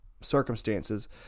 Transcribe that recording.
circumstances